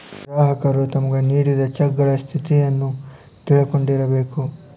ಗ್ರಾಹಕರು ತಮ್ಗ್ ನೇಡಿದ್ ಚೆಕಗಳ ಸ್ಥಿತಿಯನ್ನು ತಿಳಕೊಂಡಿರ್ಬೇಕು